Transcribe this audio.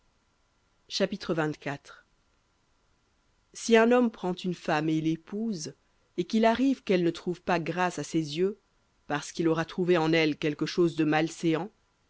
chapitre si un homme prend une femme et l'épouse et qu'il arrive qu'elle ne trouve pas grâce à ses yeux parce qu'il aura trouvé en elle quelque chose de malséant